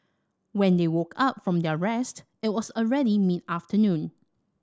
when they woke up from their rest it was already mid afternoon